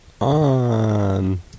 on